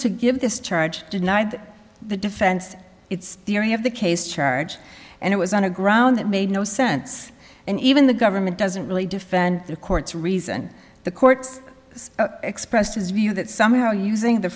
to give this charge denied the defense its theory of the case charge and it was on the ground it made no sense and even the government doesn't really defend the court's reason the court's expressed his view that somehow using the